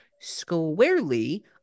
squarely